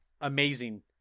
amazing